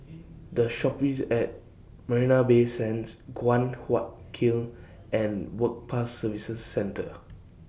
The Shoppes At Marina Bay Sands Guan Huat Kiln and Work Pass Services Centre